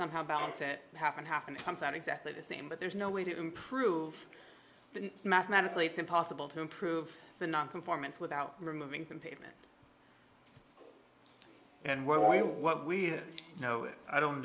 somehow balance it half and half and comes out exactly the same but there's no way to improve mathematically it's impossible to improve the nonconformance without removing from pavement and well what we know it i don't